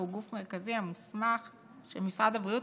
והוא גוף מרכזי ומוסמך של משרד הבריאות,